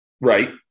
Right